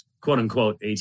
quote-unquote